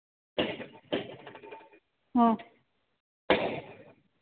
ꯑꯣ